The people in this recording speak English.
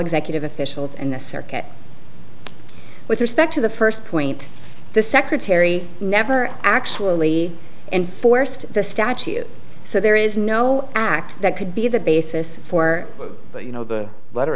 executive officials in the circuit with respect to the first point the secretary never actually enforced the statute so there is no act that could be the basis for you know the